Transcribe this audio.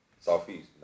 Southeast